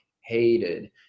hated